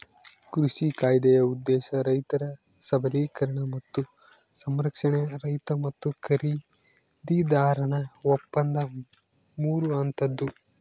ಕೃಷಿ ಕಾಯ್ದೆಯ ಉದ್ದೇಶ ರೈತರ ಸಬಲೀಕರಣ ಮತ್ತು ಸಂರಕ್ಷಣೆ ರೈತ ಮತ್ತು ಖರೀದಿದಾರನ ಒಪ್ಪಂದ ಮೂರು ಹಂತದ್ದು